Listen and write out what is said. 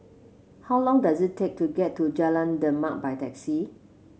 how long does it take to get to Jalan Demak by taxi